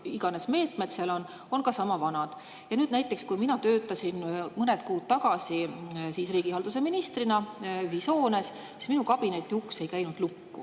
iganes turvameetmed seal on, on sama vanad. Näiteks kui mina töötasin mõned kuud tagasi riigihalduse ministrina ühishoones, siis minu kabineti uks ei käinud lukku.